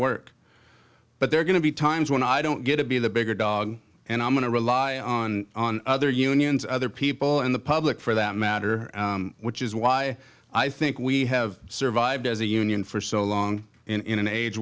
work but they're going to be times when i don't get to be the bigger dog and i'm going to rely on other unions other people and the public for that matter which is why i think we have survived as a union for so long in an age